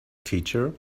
teacher